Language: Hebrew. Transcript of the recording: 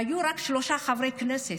היו רק שלושה חברי הכנסת,